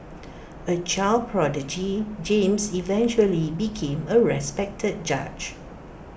A child prodigy James eventually became A respected judge